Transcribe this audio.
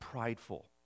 prideful